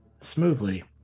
smoothly